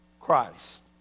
Christ